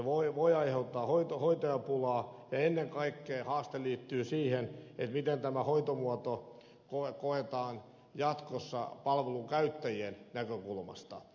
tämä voi aiheuttaa hoitajapulaa ja ennen kaikkea haaste liittyy siihen miten tämä hoitomuoto koetaan jatkossa palvelun käyttäjien näkökulmasta